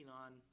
on